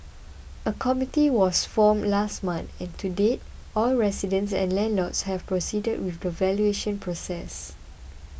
a committee was formed last month and to date all residents and landlords have proceeded with the valuation process